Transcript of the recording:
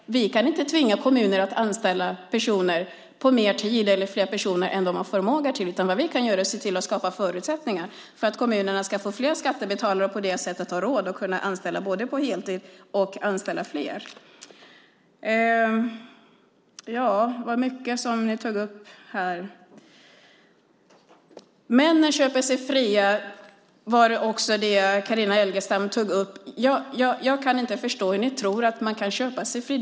Vi kan inte tvinga kommunerna att anställa fler personer eller på mer tid än de har förmåga till. Vad vi kan göra är att skapa förutsättningar för att kommunerna ska få fler skattebetalare och på det sättet ha råd att anställa både fler personer och fler på heltid. Männen köper sig fria, sade Carina Adolfsson Elgestam. Jag kan inte förstå hur ni tror att man kan köpa sig fri.